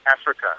Africa